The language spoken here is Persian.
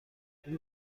این